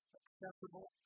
accessible